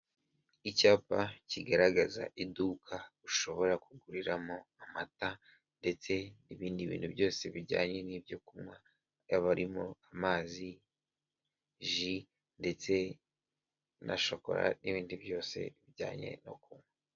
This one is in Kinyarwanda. Icyapa kigaragaza iduka ushobora kuguriramo amata ndetse n'ibindi bintu byose bijyanye n'ibyo kunywa haba harimo amazi, ji ndetse na shokora n'ibindi byose bijyanye no kunywa.